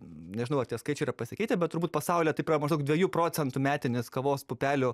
nežinau ar tie skaičiai yra pasikeitę bet turbūt pasaulyje taip yra maždaug dviejų procentų metinis kavos pupelių